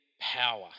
power